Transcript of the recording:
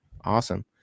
Awesome